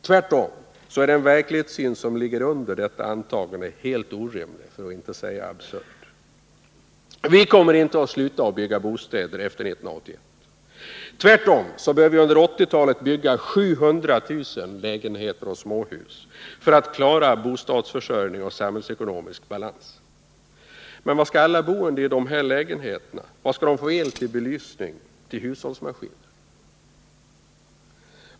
Tvärtom är den verklighetssyn som ligger under detta antagande helt orimlig, för att inte säga absurd. Vi kommer inte att sluta bygga bostäder efter 1981. Tväriom bör vi under 1980-talet bygga 700 000 lägenheter och småhus för att klara bostadsförsörjning och samhällsekonomisk balans. Varifrån skall de boende i dessa bostäder få el till belysning och hushållsmaskiner?